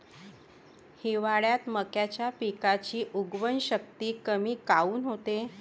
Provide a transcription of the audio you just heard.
हिवाळ्यात मक्याच्या पिकाची उगवन शक्ती कमी काऊन होते?